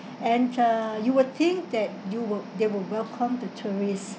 and uh you would think that you were they were welcomed the tourists